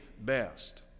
best